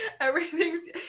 everything's